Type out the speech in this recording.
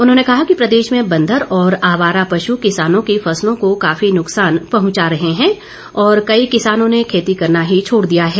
उन्होंने कहा कि प्रदेश में बंदर और आवार पश् किसानों की फसलों को काफी नुकसान पहुंचा रहे हैं और कई किसानों ने खेती करना ही छोड़ दिया है